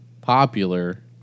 popular